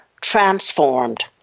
transformed